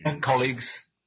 Colleagues